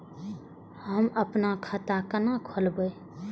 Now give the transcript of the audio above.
हम आपन खाता केना खोलेबे?